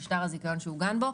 של שטר הזיכיון שעוגן בו,